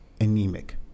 anemic